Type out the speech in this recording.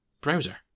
browser